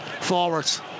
forwards